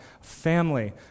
family